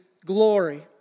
Glory